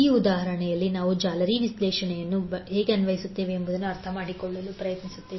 ಈ ಉದಾಹರಣೆಯಲ್ಲಿ ನಾವು ಜಾಲರಿ ವಿಶ್ಲೇಷಣೆಯನ್ನು ಹೇಗೆ ಅನ್ವಯಿಸುತ್ತೇವೆ ಎಂಬುದನ್ನು ಅರ್ಥಮಾಡಿಕೊಳ್ಳಲು ಪ್ರಯತ್ನಿಸುತ್ತೇವೆ